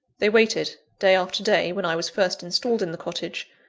they waited, day after day, when i was first installed in the cottage,